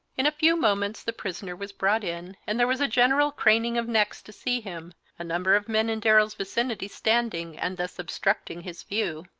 in a few moments the prisoner was brought in, and there was a general craning of necks to see him, a number of men in darrell's vicinity standing and thus obstructing his view.